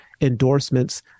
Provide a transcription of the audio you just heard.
endorsements